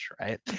right